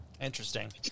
Interesting